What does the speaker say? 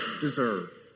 deserve